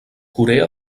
corea